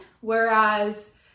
whereas